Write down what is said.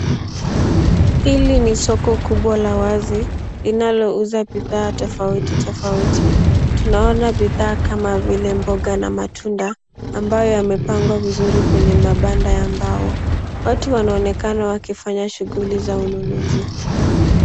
Hili ni soko kubwa lla wazi linalouza bidhaa tofauti tofauti tunaona bidhaa kama vile mboga na matunda ambayo yamepangwa vizuri kwenye mabanda ya mbao watu wanaonekana wakifanya shughuli za ununuzi.